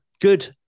Good